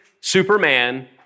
Superman